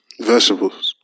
Vegetables